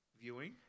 viewing